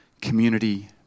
community